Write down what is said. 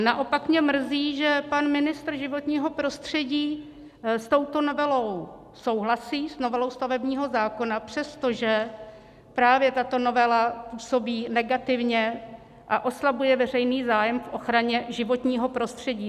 Naopak mě mrzí, že pan ministr životního prostředí s touto novelou souhlasí, s novelou stavebního zákona, přestože právě tato novela působí negativně a oslabuje veřejný zájem k ochraně životního prostředí.